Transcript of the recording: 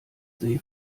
see